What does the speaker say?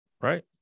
right